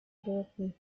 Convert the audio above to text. broken